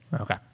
Okay